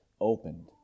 opened